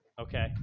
Okay